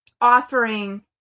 offering